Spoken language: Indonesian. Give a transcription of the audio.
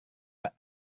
pak